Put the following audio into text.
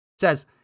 says